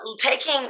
Taking